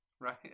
Right